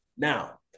Now